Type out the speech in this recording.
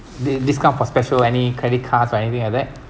di~ discount for special any credit cards or anything like that